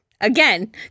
Again